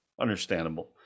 understandable